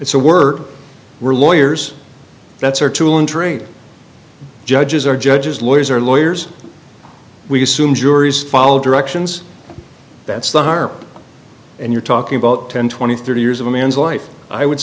a word we're lawyers that's our tool and trade judges are judges lawyers are lawyers we assume juries follow directions and that's the harp and you're talking about ten twenty thirty years of a man's life i would